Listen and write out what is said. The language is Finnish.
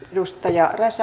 arvoisa puhemies